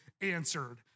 answered